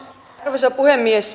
arvoisa puhemies